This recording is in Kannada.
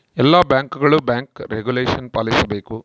ಎಲ್ಲ ಬ್ಯಾಂಕ್ಗಳು ಬ್ಯಾಂಕ್ ರೆಗುಲೇಷನ ಪಾಲಿಸಬೇಕು